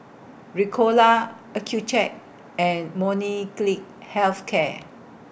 Ricola Accucheck and Health Care